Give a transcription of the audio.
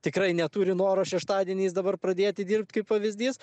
tikrai neturi noro šeštadieniais dabar pradėti dirbt kaip pavyzdys